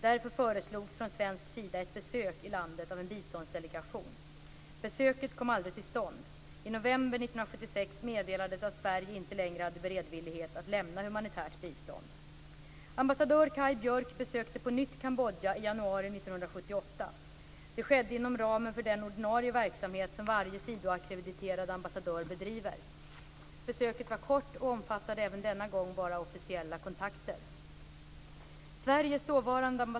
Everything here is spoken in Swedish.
Därför föreslogs från svensk sida ett besök i landet av en biståndsdelegation. Besöket kom aldrig till stånd. I november 1976 meddelades att Sverige inte längre hade beredvillighet att lämna humanitärt bistånd. Ambassadör Kaj Björk besökte på nytt Kambodja i januari 1978. Det skedde inom ramen för den ordinarie verksamhet som varje sidoackrediterad ambassadör bedriver. Besöket var kort och omfattade även denna gång bara officiella kontakter.